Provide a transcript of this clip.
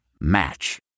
Match